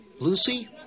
Lucy